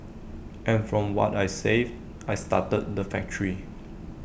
and from what I saved I started the factory